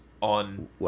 on